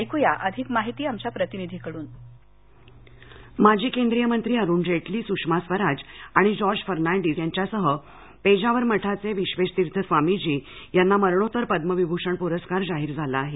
ऐकुया अधिक माहिती आमच्या प्रतिनिधीकडून माजी केंद्रीयमंत्री अरुण जेटली सुषमा स्वराज आणि जॉर्ज फर्नाडिस यांच्यासह पेजावर मठाचे विवेशतीर्थ स्वामीजी यांना मरणोत्तर पद्मविभूषण पुरस्कार जाहीर झाला आहे